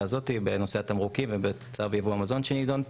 הזאת בנושא התמרוקים ובצו ייבוא המזון שנידון פה,